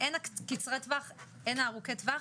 הן קצרי הטווח והן ארוכי הטווח,